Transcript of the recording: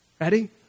Ready